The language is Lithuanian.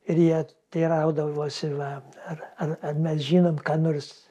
ir jie teiraudavosi va ar ar ar mes žinom ką nors